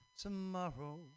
tomorrow